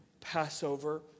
Passover